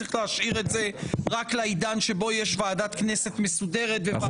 וצריך להשאיר את זה רק לעידן שבו יש ועדת כנסת מסודרת וועדות קבועות.